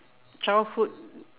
childhood